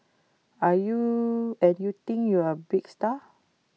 are you are you think you're A big star